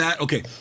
Okay